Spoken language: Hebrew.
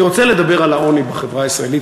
אני רוצה לדבר על העוני בחברה הישראלית,